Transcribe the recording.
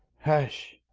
hush!